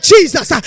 Jesus